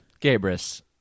Gabris